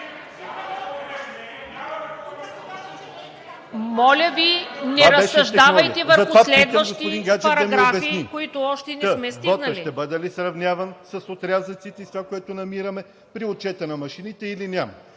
Моля Ви, не разсъждавайте върху следващи параграфи, които още не сме стигнали.